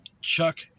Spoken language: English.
Chuck